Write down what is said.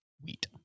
Wheat